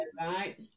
Right